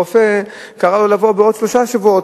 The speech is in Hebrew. הרופא קרא לו לבוא בעוד שלושה שבועות